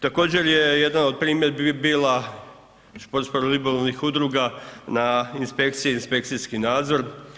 Također je jedan od primjedbi bila športsko ribolovnih udruga na inspekcije i inspekcijski nadzor.